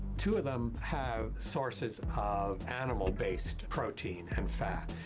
two of them have sources of animal-based protein and fat.